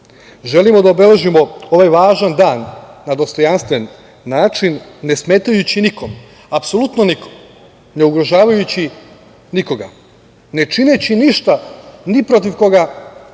narodu. Želimo da obeležimo ovaj važan dan na dostojanstven način ne smetajući nikom, apsolutno nikom, ne ugrožavajući nikoga. Ne čineći ništa ni protiv koga i